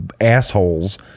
assholes